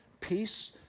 peace